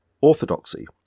Orthodoxy